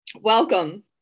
welcome